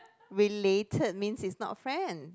related means it's not friend